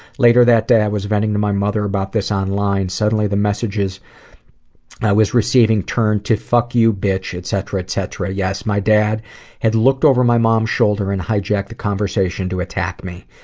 later that day, i was venting to my mother about this online. suddenly, the messages i was receiving changed to fuck you bitch etc, etc. yes, my dad had looked over my mom's shoulder and hijacked the conversation to attack me.